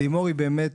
לימור היא באמת